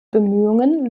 bemühungen